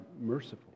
merciful